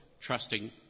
trusting